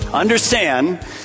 Understand